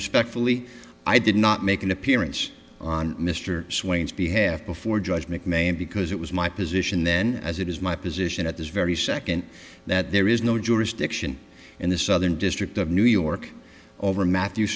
respectfully i did not make an appearance on mr swain's behalf before judge mcmahon because it was my position then as it is my position at this very second that there is no jurisdiction in the southern district of new york over matthew